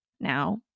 now